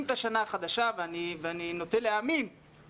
את השנה החדשה ואני נוטה להאמין לכם